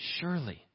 surely